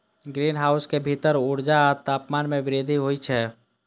greenhouse के भीतर ऊर्जा आ तापमान मे वृद्धि होइ छै